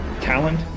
Talent